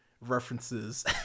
references